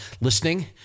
listening